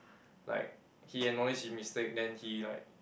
like he acknowledged his mistake then he like